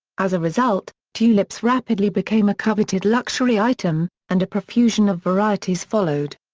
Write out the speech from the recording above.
as a result, tulips rapidly became a coveted luxury item, and a profusion of varieties followed.